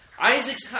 Isaac's